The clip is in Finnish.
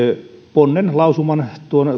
ponnen lausuman